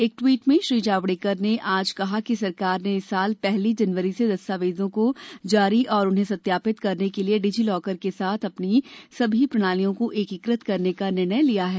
एक द्वीट में श्री जावड़ेकर ने आज कहा कि सरकार ने इस साल पहली जनवरी से दस्तावेजों को जारी और उन्हें सत्यापित करने के लिए डिजी लॉकर के साथ अपनी सभी प्रणालियों को एकीकृत करने का निर्णय लिया है